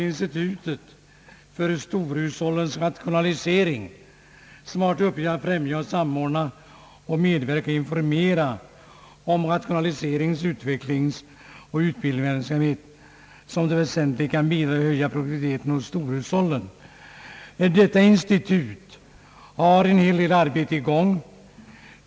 Institutet för storhushållens rationalisering har till uppgift att främja och samordna samt medverka i och informera om rationaliserings-, utvecklingsoch utbildningsverksamhet, vilka faktorer väsentligt kan bidra till att höja produktiviteten hos storhushållen. Institutet har en hel del arbeten i gång.